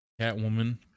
Catwoman